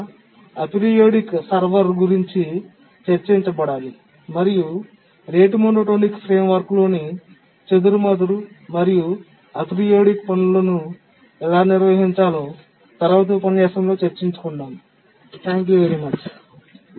ఇంకా aperiodic server గురించి చర్చించబడాలి మరియు రేటు మోనోటోనిక్ ఫ్రేమ్వర్క్లోని చెదురుమదురు మరియు అపెరియోడిక్ పనులను ఎలా నిర్వహించాలో తరువాతి ఉపన్యాసంలో చర్చించుకుందాం Thank you very much